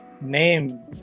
name